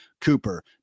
Cooper